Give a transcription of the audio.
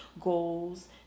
goals